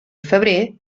febrer